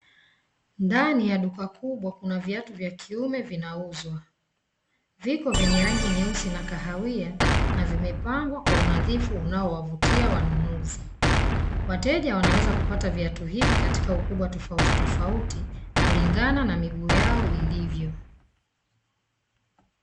Ndani ya duka kubwa kuna viatu vya kiume vinauzwa. Vipo vyenye rangi nyeusi na kahawia na vimepangwa kwa unadhifu unaowavutia wanunuzi. Wateja wanaweza kupata viatu hivi katika ukubwa tofautitofauti kulingana na miguu yao ilivyo.